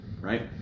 right